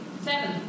seven